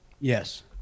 Yes